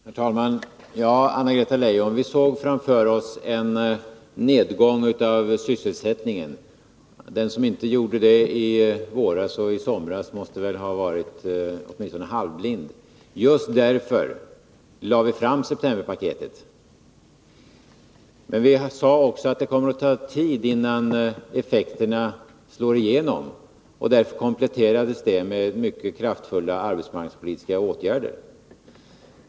Herr talman! Ja, Anna-Greta Leijon, vi såg framför oss en nedgång i sysselsättningen — den som inte gjorde det i våras och i somras måste ha varit åtminstone halvblind — och just därför lade vi fram septemberpaketet. Men vi sade också att det kommer att ta tid, innan effekterna slår igenom. Därför kompletterades paketet med mycket kraftfulla arbetsmarknadspolitiska åtgärder.